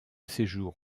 séjour